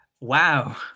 Wow